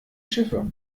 schiffe